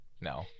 No